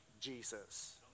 Jesus